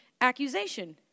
accusation